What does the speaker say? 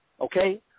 okay